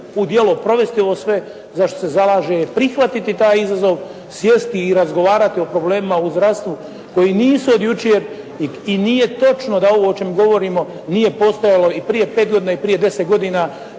u djelo provesti ovo sve za što se zalaže je prihvatiti taj izazov, sjesti i razgovarati o problemima o zdravstvu koji nisu od jučer i nije točno da ovo o čemu govorimo nije postojalo i prije pet godina i prije deset godina.